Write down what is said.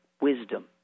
wisdom